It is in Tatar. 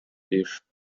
тиеш